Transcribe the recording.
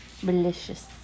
Delicious